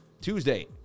Tuesday